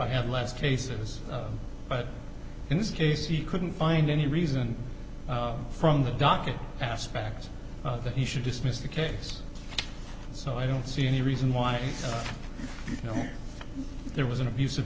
i had less cases but in this case he couldn't find any reason from the docket aspect that he should dismiss the case so i don't see any reason why you know there was an abus